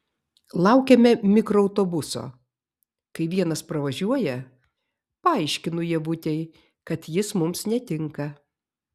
laukiame mikroautobuso kai vienas pravažiuoja paaiškinu ievutei kad jis mums netinka